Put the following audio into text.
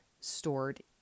stored